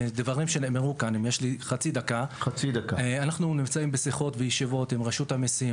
לדברים שנאמרו פה אנו בשיחות וישיבות עם רשות המיסים,